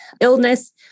illness